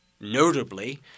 notably